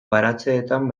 baratzeetan